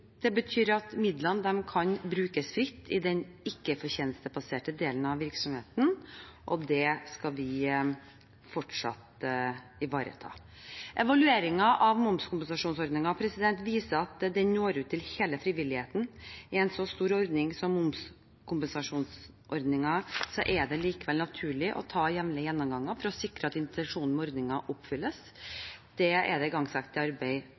det betyr at midlene kan brukes fritt i den ikke-fortjenestebaserte delen av virksomheten, og det skal vi fortsatt ivareta. Evalueringen av momskompensasjonsordningen viser at den når ut til hele frivilligheten. I en så stor ordning som momskompensasjonsordningen er det likevel naturlig å ta jevnlige gjennomganger for å sikre at intensjonen med ordningen oppfylles. Det er det igangsatt arbeid på. I